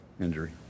injury